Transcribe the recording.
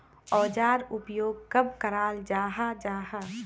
औजार उपयोग कब कराल जाहा जाहा?